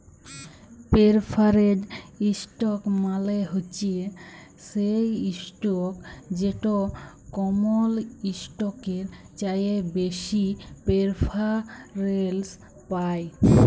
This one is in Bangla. পেরফারেড ইসটক মালে হছে সেই ইসটক যেট কমল ইসটকের চাঁঁয়ে বেশি পেরফারেলস পায়